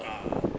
ah